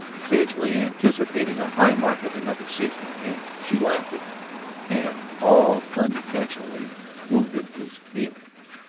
sagely anticipating a high market another season. and she laughed at him and all unintentionally wounded his feelings.